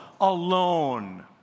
alone